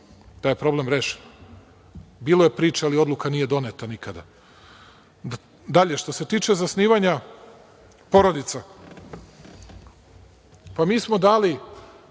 je problem rešen. Bilo je priče, ali odluka nije doneta nikada. Dalje, što se tiče zasnivanja porodica, mi smo dali,